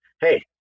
hey